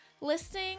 listing